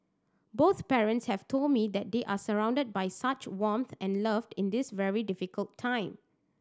both parents have told me that they are surrounded by such warmth and love in this very difficult time